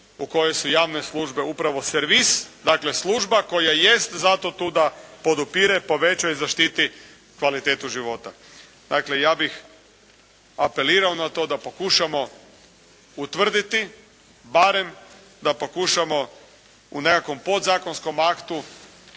u kojoj su javne službe upravo servis, dakle služba koja jest zato tu da podupire, poveća i zaštiti kvalitetu života. Dakle ja bih apelirao na to da pokušamo utvrditi, barem da pokušamo u nekakvom podzakonskom aktu,